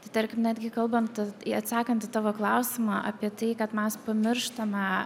tai tarkim netgi kalbant atsakant į tavo klausimą apie tai kad mes pamirštame